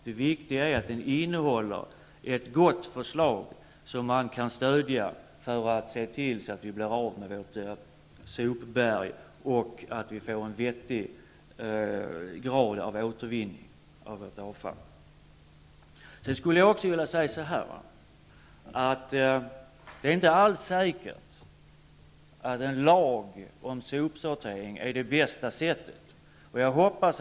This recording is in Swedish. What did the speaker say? Det viktiga är att propositionen innehåller ett gott förslag som vi kan stödja och som får till resultat att vi blir av med sopberget och får en vettig grad av återvinning av avfallet. Det är inte heller säkert att en lag om sopsortering är det bästa sättet att komma till rätta med detta problem.